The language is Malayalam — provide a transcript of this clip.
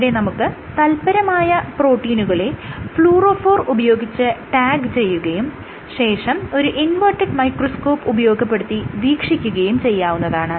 ഇവിടെ നമുക്ക് തല്പരമായ പ്രോട്ടീനുകളെ ഫ്ലൂറോഫോർ ഉപയോഗിച്ച് ടാഗ് ചെയ്യുകയും ശേഷം ഒരു ഇൻവെർട്ടഡ് മൈക്രോസ്കോപ്പ് ഉപയോഗപ്പെടുത്തി വീക്ഷിക്കുകയും ചെയ്യാവുന്നതാണ്